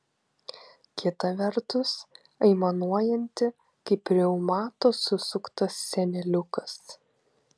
kita vertus aimanuojanti kaip reumato susuktas seneliukas